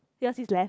yours is left